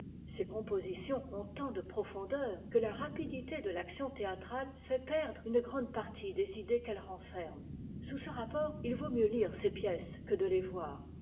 ses compositions ont tant de profondeur que la rapidité de l'action théâtrale fait perdre une grande partie des idées qu'elles renferment sous ce rapport il vaut mieux lire ses pièces que de les voir